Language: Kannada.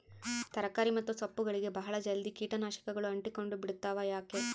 ತರಕಾರಿ ಮತ್ತು ಸೊಪ್ಪುಗಳಗೆ ಬಹಳ ಜಲ್ದಿ ಕೇಟ ನಾಶಕಗಳು ಅಂಟಿಕೊಂಡ ಬಿಡ್ತವಾ ಯಾಕೆ?